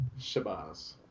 Shabazz